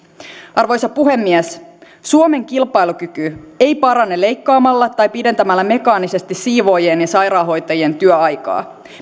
arvoisa puhemies suomen kilpailukyky ei parane leikkaamalla tai pidentämällä mekaanisesti siivoojien ja sairaanhoitajien työaikaa